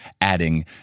adding